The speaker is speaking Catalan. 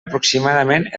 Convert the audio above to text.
aproximadament